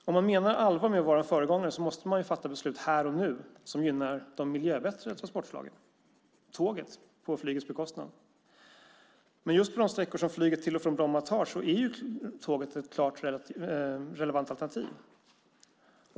Om man menar allvar med att vara en föregångare måste man fatta beslut här och nu som gynnar de miljöbättre transportslagen och tåget på flygets bekostnad. Just för de sträckor som flyget till och från Bromma tar är tåget ett relevant alternativ.